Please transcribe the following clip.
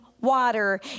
water